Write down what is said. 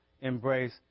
embrace